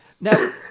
Now